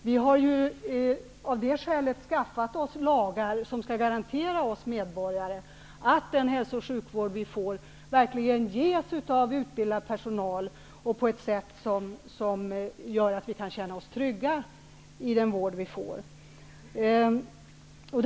Vi har av det skälet skaffat oss lagar som skall garantera oss medborgare att den hälso och sjukvård som vi får verkligen ges av utbildad personal och på ett sätt som gör att vi kan känna oss trygga i den vård som vi får.